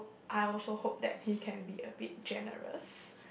I also hope that he can be a bit generous